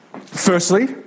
Firstly